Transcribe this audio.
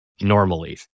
normally